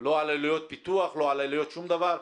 לא על עלויות פיתוח, לא על עלויות שום דבר.